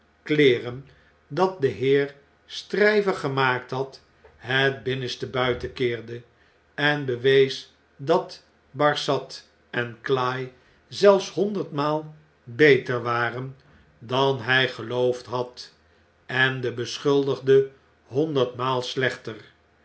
dat de heer stryver gemaakt had het binnenste buiten keerde en bewees dat barsad en cly zelfs hondermaal beter waren dan hij geloofd had en de beschuldigde honderdmaal slechter